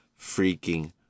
freaking